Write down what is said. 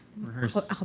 rehearse